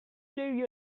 blue